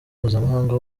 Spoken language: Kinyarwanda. mpuzamahanga